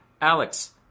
Alex